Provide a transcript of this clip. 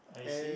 I see